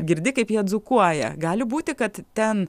girdi kaip jie dzūkuoja gali būti kad ten